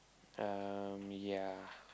um ya